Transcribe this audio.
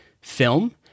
film